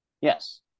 Yes